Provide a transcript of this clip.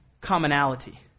commonality